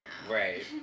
Right